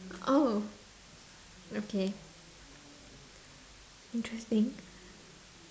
oh okay interesting